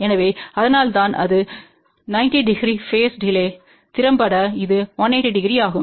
எனவே அதனால்தான் இது 90 டிகிரி பேஸ் டிலே திறம்பட இது 180 டிகிரி ஆகும்